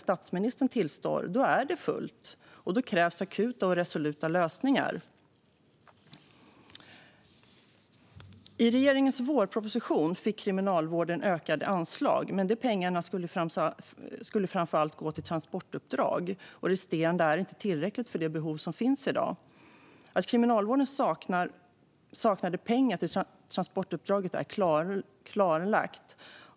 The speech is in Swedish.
Detta är något som även statsministern tillstår. Då krävs akuta och resoluta lösningar. I regeringens vårproposition fick Kriminalvården ökade anslag, men de pengarna skulle framför allt gå till transportuppdrag. Resterande är inte tillräckligt för de behov som finns i dag. Att Kriminalvården saknade pengar till transportuppdraget är klarlagt.